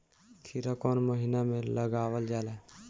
खीरा कौन महीना में लगावल जाला?